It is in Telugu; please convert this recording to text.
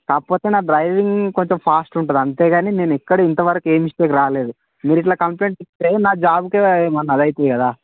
కాకపోతే నా డ్రైవింగ్ కొంచెం ఫాస్ట్ ఉంటుంది అంతేగానీ నేను ఎక్కడ ఇంతవరకు ఏ మిస్టేక్ రాలేదు మీరిట్లా కంప్లైంట్ ఇస్తే నా జాబ్కి ఏమన్నా అదవుతుంది కదా